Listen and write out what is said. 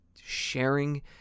sharing